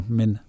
men